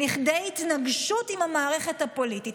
לכדי התנגשות עם המערכת הפוליטית,